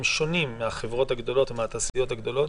הם שונים מהחברות הגדולות ומהתעשיות הגדולות,